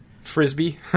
Frisbee